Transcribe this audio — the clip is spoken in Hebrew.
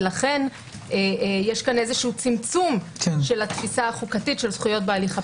ולכן יש כאן איזשהו צמצום של התפיסה החוקתית של זכויות בהליך הפלילי.